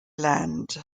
land